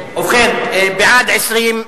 ובכן, בעד, 20,